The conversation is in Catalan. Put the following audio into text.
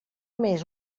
més